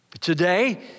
today